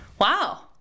Wow